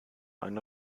eine